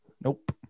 Nope